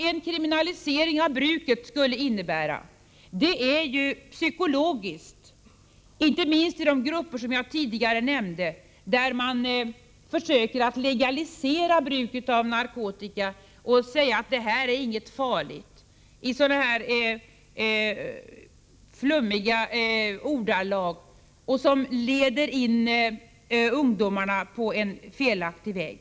En kriminalisering av bruket skulle ha psykologisk betydelse, inte minst i de grupper som jag tidigare nämnt där man försöker legalisera bruket av narkotika och säger att det här är inget farligt, grupper där man talar i flummiga ordalag och leder in ungdomar på en felaktig väg.